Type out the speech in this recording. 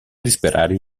disperare